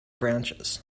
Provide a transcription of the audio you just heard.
branches